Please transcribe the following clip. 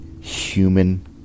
human